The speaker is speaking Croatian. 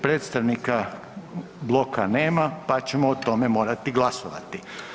Predstavnika bloka nema pa ćemo o tome morati glasovati.